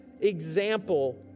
example